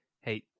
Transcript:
Hey